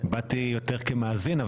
באתי יותר כמאזין,